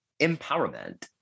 empowerment